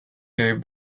gave